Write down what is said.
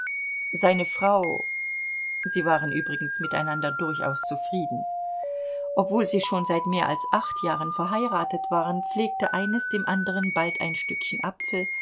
seine frau sie waren übrigens miteinander durchaus zufrieden obwohl sie schon seit mehr als acht jahren verheiratet waren pflegte eines dem anderen bald ein stückchen apfel